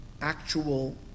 actual